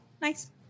nice